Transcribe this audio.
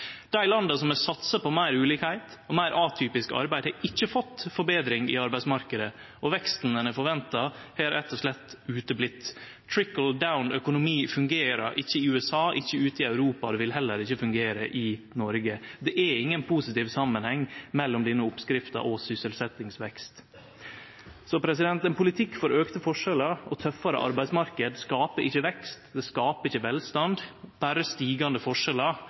Dei landa som har satsa på meir ulikheit og meir atypisk arbeid, har ikkje fått forbetring i arbeidsmarknaden, og veksten ein har forventa, har rett og slett svikta. «Trickle down»-økonomi fungerer ikkje i USA, ikkje ute i Europa, og det vil heller ikkje fungere i Noreg. Det er ingen positiv samanheng mellom denne oppskrifta og sysselsettingsvekst. Ein politikk for auka forskjellar og tøffare arbeidsmarknad skaper ikkje vekst, det skaper ikkje velstand, men berre stigande forskjellar